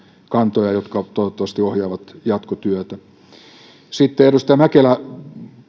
kantoja jotka toivottavasti ohjaavat jatkotyötä edustaja mäkelä